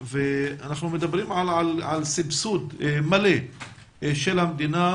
אנחנו מדברים על סבסוד מלא של המדינה